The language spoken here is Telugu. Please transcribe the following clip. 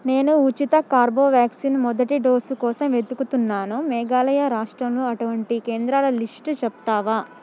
నేను ఉచిత కార్బో వ్యాక్సిన్ మొదటి డోసు కోసం వెదుకుతున్నాను మేఘాలయ రాష్ట్రంలో అటువంటి కేంద్రాల లిస్టు చెప్తావా